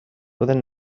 poden